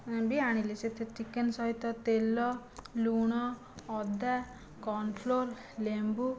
ବି ଆଣିଲି ସେଠୁ ଚିକେନ ସହିତ ତେଲ ଲୁଣ ଅଦା କର୍ନଫ୍ଲୋର ଲେମ୍ବୁ